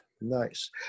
nice